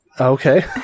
Okay